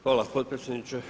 Hvala potpredsjedniče.